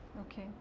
Okay